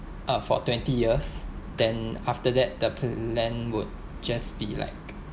uh for twenty years then after that the plan would just be like